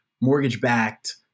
mortgage-backed